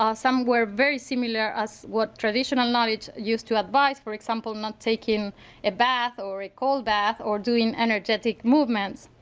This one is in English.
some were very similar as what traditional knowledge used to advise for example, not taking a bath or a cold bath or doing energetic movements.